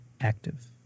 active